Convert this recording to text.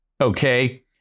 Okay